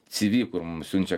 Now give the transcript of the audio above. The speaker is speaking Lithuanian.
cv kur mum siunčia